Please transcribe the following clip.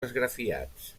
esgrafiats